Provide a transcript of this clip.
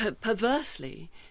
perversely